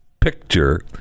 picture